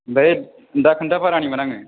बै दाखोन्थाफारानिमोन आङो